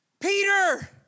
Peter